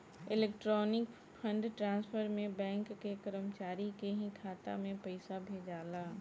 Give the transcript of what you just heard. electronic fund transfer में bank के कर्मचारी के ही खाता में पइसा भेजाला